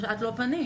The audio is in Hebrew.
את לא פנית,